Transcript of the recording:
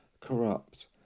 corrupt